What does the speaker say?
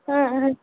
Om Om